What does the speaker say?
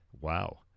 wow